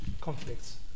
conflicts